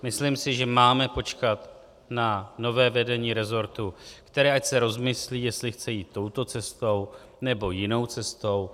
Myslím si, že máme počkat na nové vedení resortu, které ať se rozmyslí, jestli chce jít touto cestou, nebo jinou cestou.